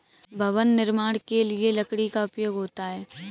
भवन निर्माण के लिए लकड़ी का उपयोग होता है